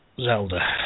Zelda